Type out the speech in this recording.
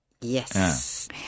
Yes